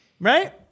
Right